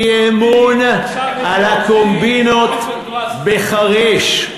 אי-אמון על הקומבינות בחריש,